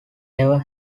never